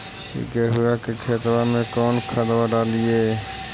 गेहुआ के खेतवा में कौन खदबा डालिए?